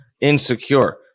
insecure